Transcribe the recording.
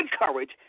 courage